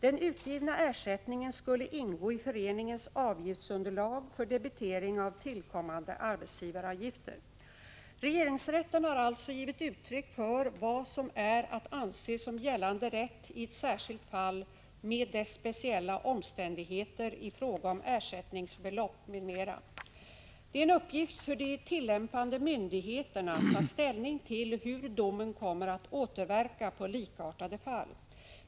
Den utgivna ersättningen skulle ingå i föreningens avgiftsunderlag för debitering av tillkommande arbetsgivaravgifter. Regeringsrätten har alltså givit uttryck för vad som är att anse som gällande rätt i ett särskilt fall med dess speciella omständigheter i fråga om ersättningsbelopp m.m. Det är en uppgift för de tillämpande myndigheterna att ta ställning till hur domen kommer att återverka på likartade fall.